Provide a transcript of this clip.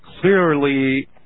Clearly